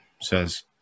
says